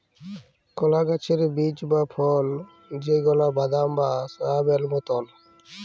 কলা গাহাচের বীজ বা ফল যেগলা বাদাম বা সয়াবেল মতল